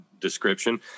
description